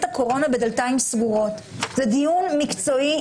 זה לא קשור,